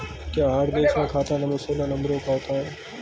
क्या हर देश में खाता नंबर सोलह नंबरों का होता है?